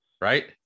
right